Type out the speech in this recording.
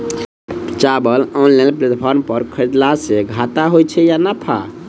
चावल online platform पर खरीदलासे घाटा होइ छै या नफा?